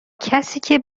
کسیکه